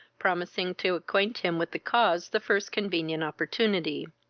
promising to acquaint him with the cause the first convenient opportunity.